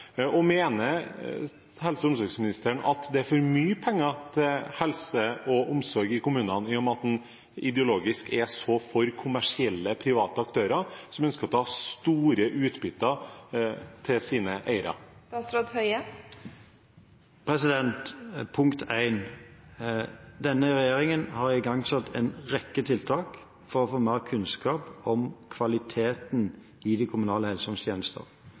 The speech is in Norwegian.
Mener helse- og omsorgsministeren at det er for mye penger til helse og omsorg i kommunene, i og med at han ideologisk er så for kommersielle private aktører, som ønsker å ta ut store utbytter til sine eiere? Punkt én: Denne regjeringen har igangsatt en rekke tiltak for å få mer kunnskap om kvaliteten i de kommunale helse-